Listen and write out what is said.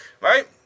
Right